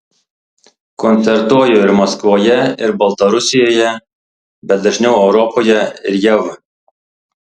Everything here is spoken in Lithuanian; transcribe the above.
koncertuoju ir maskvoje ir baltarusijoje bet dažniau europoje ir jav